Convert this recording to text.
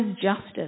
justice